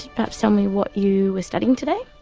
perhaps tell me what you were studying today?